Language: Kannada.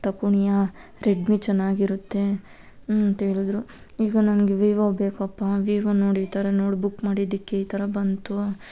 ತಕೊಣ್ಯಾ ರೆಡ್ಮಿ ಚೆನ್ನಾಗಿರುತ್ತೆ ಅಂತೇಳಿದ್ರು ಈಗ ನನಗೆ ವಿವೋ ಬೇಕಪ್ಪಾ ವಿವೋ ನೋಡಿ ಈ ಥರ ನೋಡಿ ಬುಕ್ ಮಾಡಿದ್ದಕ್ಕೆ ಈ ಥರ ಬಂತು